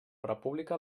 república